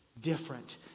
different